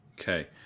Okay